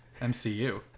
MCU